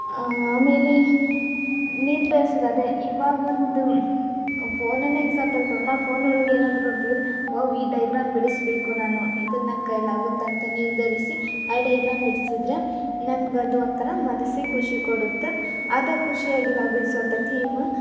ಆಮೇಲೆ ನಿರ್ಧರ್ಸದು ಅದೇ ಇವಾಗ ಒಂದು ಫೋನನ್ನೇ ಎಕ್ಸಾಂಪಲ್ ತಗೊಂಡು ನಾವು ಫೋನ್ ಒಳಗೆ ಏನಾದ್ರೂ ನೋಡ್ತಿದ್ದರೆ ವೋವ್ ಈ ಡಯಾಗ್ರಾಮ್ ಬಿಡಸಬೇಕು ನಾನು ಇದು ನನ್ನ ಕೈಯಲ್ಲಿ ಆಗುತ್ತೆ ಅಂತ ನಿರ್ಧರಿಸಿ ಆ ಡೈಗ್ರಾಮ್ ಬಿಡಿಸಿದ್ರೆ ನನ್ಗೆ ಅದು ಒಂಥರ ಮನಸ್ಸಿಗೆ ಖುಷಿ ಕೊಡುತ್ತೆ ಅದು ಖುಷಿಯಾಗಿ ನಾವು ಬಿಡಿಸುವಂಥ ಥೀಮ್